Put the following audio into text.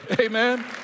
Amen